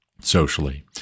socially